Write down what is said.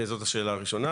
זאת השאלה הראשונה.